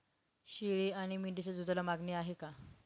शेळी आणि मेंढीच्या दूधाला मागणी आहे का?